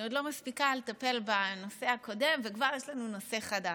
אני עוד לא מספיקה לטפל בנושא הקודם וכבר יש לנו נושא חדש.